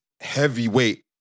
heavyweight